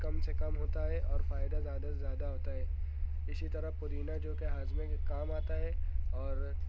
کم سے کم ہوتا ہے اور فائدہ زیادہ سے زیادہ ہوتا ہے اسی طرح پودینا جو کہ ہاضمے کے کام آتا ہے اور